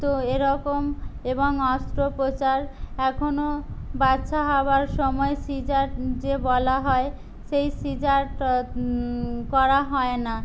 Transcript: তো এরকম এবং অস্ত্রোপচার এখনো বাচ্চা হওয়ার সময় সিজার যে বলা হয় সেই সিজারটা করা হয় না